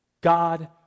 God